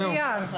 חיים,